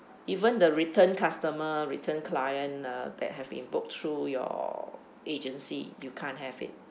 even the return customer return client uh that have been booked through your agency you can't have it